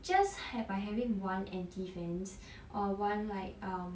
just have by having one anti-fans or one like um